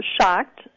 shocked